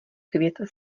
květ